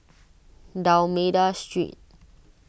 D'Almeida Street